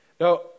Now